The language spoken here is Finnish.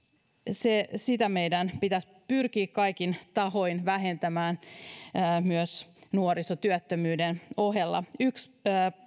ja sitä meidän pitäisi pyrkiä kaikin tavoin vähentämään nuorisotyöttömyyden ohella yksi